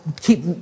keep